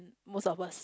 most of us